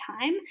time